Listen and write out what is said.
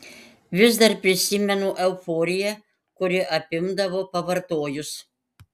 vis dar prisimenu euforiją kuri apimdavo pavartojus